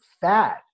fat